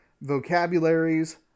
vocabularies